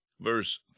verse